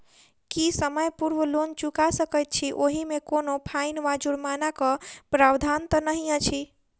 की समय पूर्व लोन चुका सकैत छी ओहिमे कोनो फाईन वा जुर्मानाक प्रावधान तऽ नहि अछि?